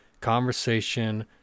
conversation